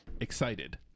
excited